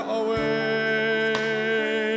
away